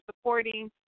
supporting